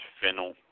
fennel